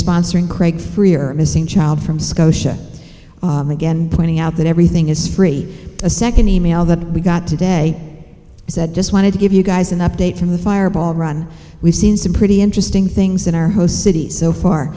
sponsoring craig free or missing child from scotia again pointing out that everything is free a second email that we got today he said just wanted to give you guys an update from the fireball run we've seen some pretty interesting things in our host cities so far